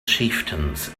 chieftains